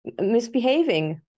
misbehaving